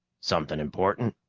something important?